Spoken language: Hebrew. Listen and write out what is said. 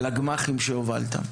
של הגמ"חים שהובלת,